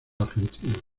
argentina